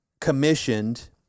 commissioned